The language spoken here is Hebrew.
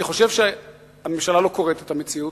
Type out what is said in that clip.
אני חושב שהממשלה לא קוראת את המציאות,